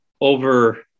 over